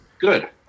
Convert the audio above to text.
Good